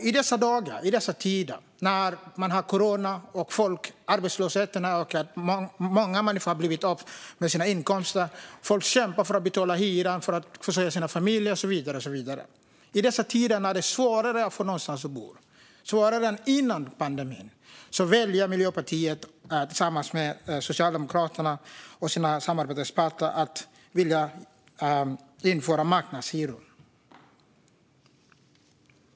I dessa tider när vi har corona, arbetslösheten ökar och många människor har blivit av med sina inkomster och kämpar för att betala hyran och försörja sina familjer och så vidare, då är det svårare att få någonstans att bo, svårare än före pandemin. Då vill Miljöpartiet tillsammans med Socialdemokraterna och sina samarbetspartier införa marknadshyror.